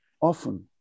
often